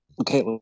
Okay